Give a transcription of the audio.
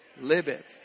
liveth